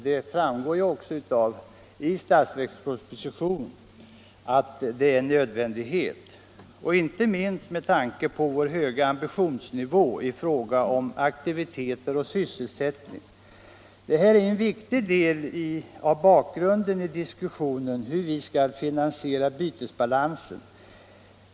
Det framgår också av budgetpropositionen att det är en nödvändighet inte minst med tanke på vår höga ambitionsnivå i fråga om aktiviteter och sysselsättning. Detta är en viktig del av bakgrunden i diskussionen om hur vi skall finansiera bytesbalansen.